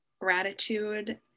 gratitude